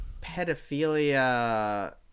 pedophilia